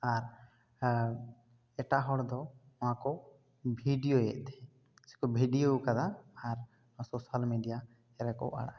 ᱟᱨ ᱟᱨ ᱮᱴᱟᱜ ᱦᱚᱲ ᱫᱚ ᱱᱚᱣᱟ ᱠᱚ ᱵᱷᱤᱰᱤᱭᱚᱭᱮᱫ ᱥᱮᱠᱚ ᱵᱷᱤᱰᱤᱭᱚ ᱟᱠᱟᱫᱟ ᱟᱨ ᱥᱚᱥᱟᱞ ᱢᱤᱰᱤᱭᱟ ᱨᱮᱠᱚ ᱟᱲᱟᱜ ᱟᱠᱟᱫᱟ